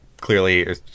clearly